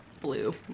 blue